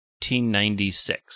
1996